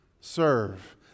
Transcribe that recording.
serve